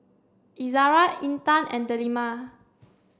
Izara Intan and Delima